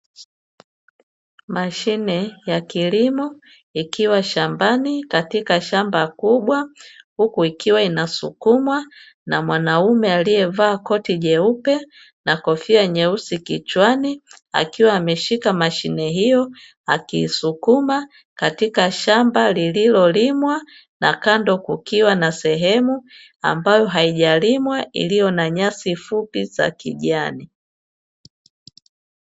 Mashine ya kilimo ikiwa shambani katika shamba kubwa, huku ikiwa inasukumwa na mwanaume aliyevaa koti jeupe na kofia nyeusi kichwani akiwa ameshika mashine hiyo akiisukuma katika shamba lililolimwa, na kando kukiwa na sehemu ambayo haijalimwa iliyo na nyasi fupi za kijani.